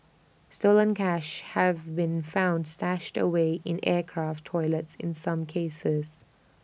stolen cash have been found stashed away in aircraft toilets in some cases